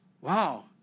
Wow